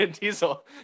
Diesel